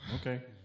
Okay